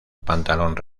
pantalón